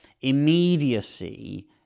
immediacy